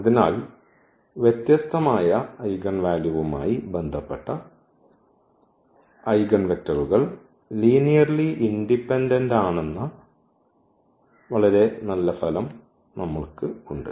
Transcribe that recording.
അതിനാൽ വ്യത്യസ്തമായ ഐഗൻവാല്യൂവുമായി ബന്ധപ്പെട്ട ഐഗൻവെക്റ്ററുകൾ ലീനിയർലി ഇൻഡിപെൻഡന്റ് ആണെന്ന വളരെ നല്ല ഫലം നമ്മൾക്ക് ഉണ്ട്